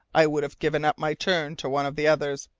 i would have given up my turn to one of the others.